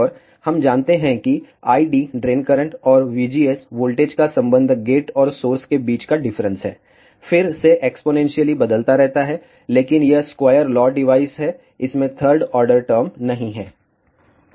और हम जानते हैं कि ID ड्रेन करंट और VGS वोल्टेज का संबंध गेट और सोर्स के बीच का डिफरेंस है फिर से एक्स्पोनेंशियली बदलता रहता है लेकिन यह स्क्वायर लॉ डिवाइस है इसमें थर्ड आर्डर टर्म नहीं है